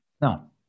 no